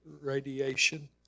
radiation